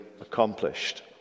accomplished